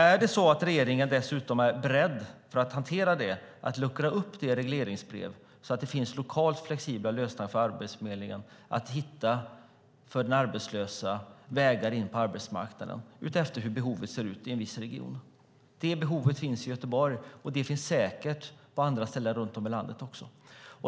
Är regeringen dessutom beredd att luckra upp regleringsbrevet så att det finns lokala flexibla lösningar för Arbetsförmedlingen att hitta vägar in på arbetsmarknaden för den arbetslösa utifrån hur behovet ser ut i en viss region? Det behovet finns i Göteborg, och det finns säkert också på andra ställen runt om i landet.